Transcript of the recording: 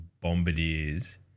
Bombardiers